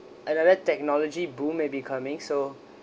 another technology boom may be coming so